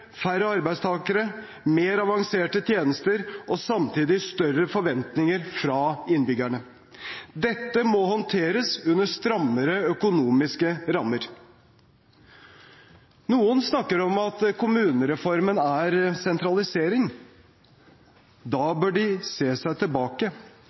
færre arbeidstakere, mer avanserte tjenester og samtidig større forventninger fra innbyggerne. Dette må håndteres under strammere økonomiske rammer. Noen snakker om at kommunereformen er sentralisering.